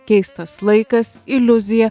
keistas laikas iliuzija